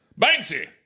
Banksy